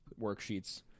worksheets